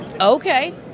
Okay